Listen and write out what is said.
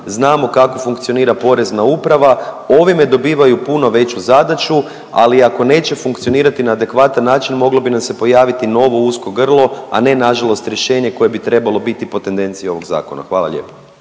znamo kako funkcionira Porezna uprava. Ovime dobivaju puno veću zadaću, ali ako neće funkcionirati na adekvatan način, moglo bi nam se pojavili novo usko grlo, a ne nažalost rješenje koje bi trebalo biti po tendenciji ovog zakona. Hvala lijepo.